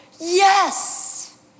yes